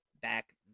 back